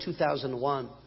2001